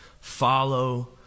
follow